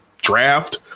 draft